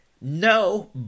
no